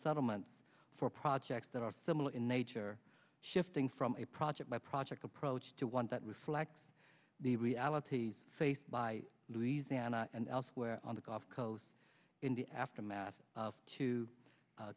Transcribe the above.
settlement for projects that are similar in nature shifting from a project by project approach to one that reflect the realities faced by louisiana and elsewhere on the gulf coast in the aftermath of two